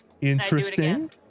interesting